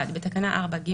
בתקנה 4ג